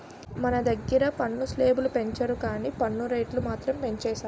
మన దగ్గిర పన్ను స్లేబులు పెంచరు గానీ పన్ను రేట్లు మాత్రం పెంచేసారు